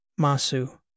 Masu